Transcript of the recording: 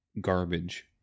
garbage